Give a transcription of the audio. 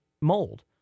mold